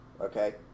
Okay